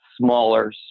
smaller